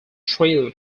trail